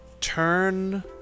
turn